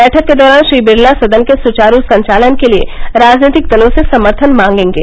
बैठक के दौरान श्री बिरला सदन के सुचारू संचालन के लिए राजनीतिक दलों से समर्थन मांगेंगे